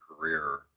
career